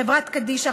חברה קדישא,